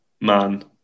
man